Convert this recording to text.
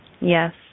Yes